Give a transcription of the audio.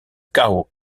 cao